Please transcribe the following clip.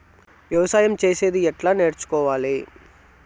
వ్యవసాయం చేసేది ఎట్లా నేర్చుకోవాలి?